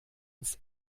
uns